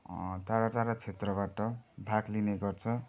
टाढा टाढा क्षेत्रबाट भाग लिने गर्छ